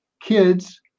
kids